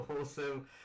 awesome